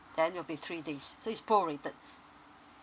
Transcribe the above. then it'll be three days so is pro rated